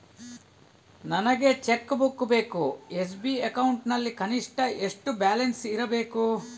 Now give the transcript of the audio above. ನನಗೆ cheque book ಬೇಕು SB account ನಲ್ಲಿ ಕನಿಷ್ಠ ಎಷ್ಟು ಬ್ಯಾಲೆನ್ಸ್ ಇರಬೇಕು?